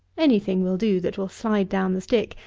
any thing will do that will slide down the stick,